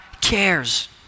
cares